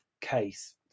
case